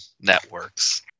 networks